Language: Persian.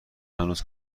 هنوز